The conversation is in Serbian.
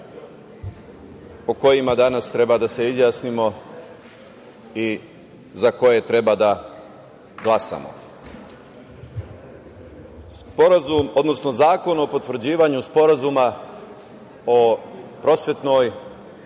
po kojima danas treba da se izjasnimo i za koje treba da glasamo. Sporazum, odnosno zakon o potvrđivanju Sporazuma o prosvetnoj,